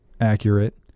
accurate